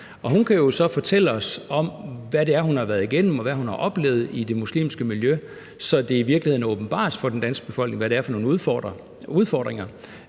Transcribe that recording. hun kan jo så fortælle os om, hvad hun har været igennem, og hvad hun har oplevet i det muslimske miljø, så det i virkeligheden åbenbares for den danske befolkning, hvad det er for nogle udfordringer,